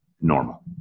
normal